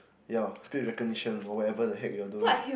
ya speech recognition or whatever the heck you're doing